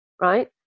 right